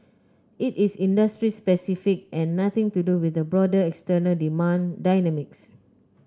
it is industry specific and nothing to do with the broader external demand dynamics